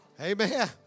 Amen